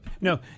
no